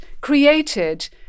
created